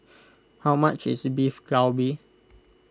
how much is Beef Galbi